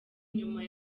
nyuma